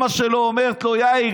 אימא שלו אומרת לו: יאיר,